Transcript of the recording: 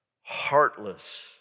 heartless